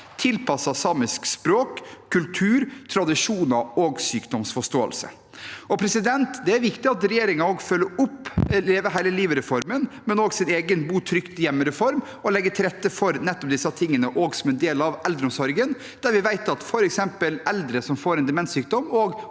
tilpasset samisk språk, kultur, tradisjoner og sykdomsforståelse. Det er viktig at regjeringen følger opp både Leve hele livet-reformen og deres egen bo trygt hjemme-reform og legger til rette for nettopp disse tingene, også som en del av eldreomsorgen, der vi f.eks. vet at eldre som får en demenssykdom,